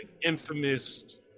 infamous